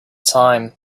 time